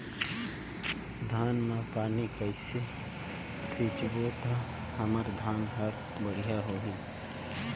धान मा पानी कइसे सिंचबो ता हमर धन हर बढ़िया होही?